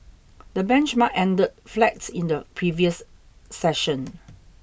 the benchmark ended flat in the previous session